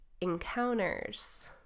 encounters